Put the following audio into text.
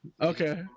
Okay